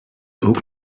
ook